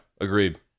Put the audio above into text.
agreed